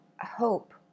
hope